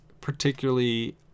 particularly